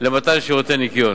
למתן שירותי ניכיון.